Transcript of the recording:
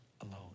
alone